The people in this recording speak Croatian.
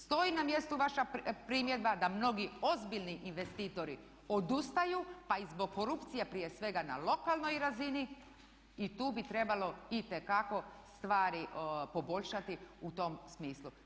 Stoji na mjestu vaša primjedba da mnogi ozbiljni investitori odustaju, pa i zbog korupcije prije svega na lokalnoj razini i tu bi trebalo itekako stvari poboljšati u tom smislu.